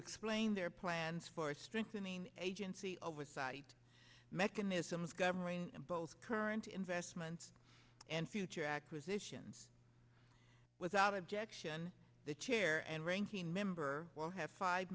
explain their plans for strengthening agency oversight mechanisms governing both current investments and future acquisitions without objection the chair and ranking member will have five